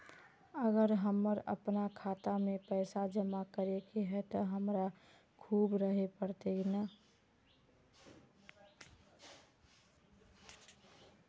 अगर हमर अपना खाता में पैसा जमा करे के है ते हमरा खुद रहे पड़ते ने?